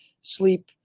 sleep